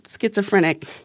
schizophrenic